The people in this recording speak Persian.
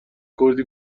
کردی